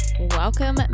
welcome